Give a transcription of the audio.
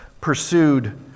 pursued